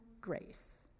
grace